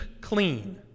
clean